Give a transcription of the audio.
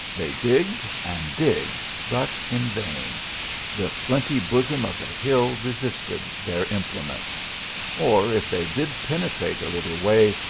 they digged and digged, but in vain the flinty bosom of the hill resisted their implements or if they did pen etrate a little way,